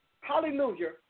Hallelujah